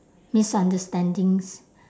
misunderstandings